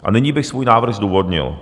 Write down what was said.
A nyní bych svůj návrh zdůvodnil.